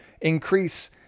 increase